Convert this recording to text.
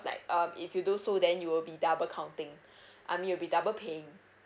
like um if you do so then you will be double counting I mean you'll be double paying